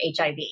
HIV